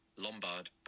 Lombard